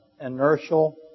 inertial